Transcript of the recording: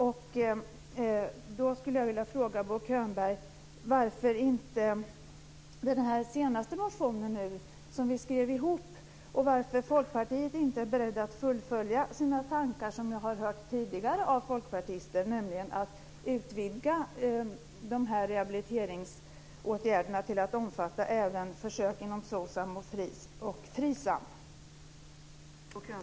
Jag skulle vilja fråga Bo Könberg om den senaste motionen, som vi skrev ihop, och varför Folkpartiet inte är berett att fullfölja sina tankar, som jag har hört framföras tidigare av folkpartister, nämligen att utvidga rehabiliteringsåtgärderna till att omfatta även försök inom Socsam och Frisam.